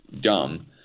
dumb